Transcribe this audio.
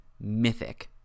mythic